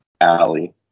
alley